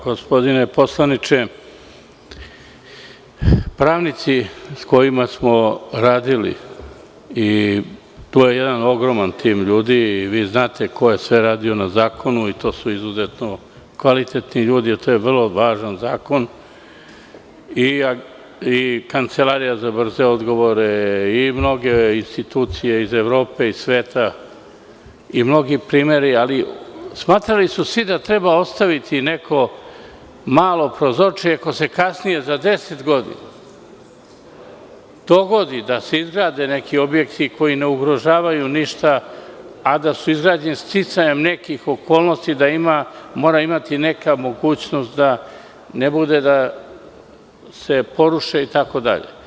Gospodine poslaniče, pravnici sa kojima smo radili, to je jedan ogroman tim ljudi, vi znate ko je sve radio na zakonu, to su izuzetno kvalitetni ljudi, a to je vrlo važan zakon, kao i Kancelarija za brze odgovore i mnoge institucije iz Evrope i sveta, kao i mnogi primeri, svi su smatrali da treba ostaviti neko malo prozorče ako se kasnije za deset godina dogodi da se izgrade neki objekti koji ne ugrožavaju ništa, a da su izgrađeni sticajem nekih okolnosti, mora imati neka mogućnost da ne bude da se poruše itd.